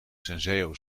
senseo